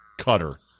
cutter